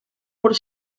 por